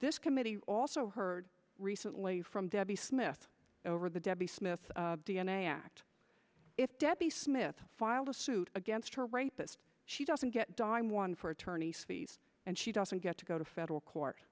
this committee also heard recently from debbie smith over the debbie smith dna act if debbie smith filed a suit against her rapist she doesn't get dime one for attorney's fees and she doesn't get to go to federal court